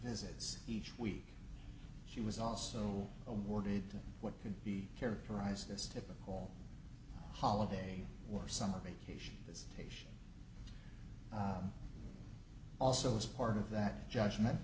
visits each week she was also awarded what could be characterized as typical holiday or summer vacation also as part of that judgment